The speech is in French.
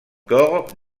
corps